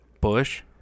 Bush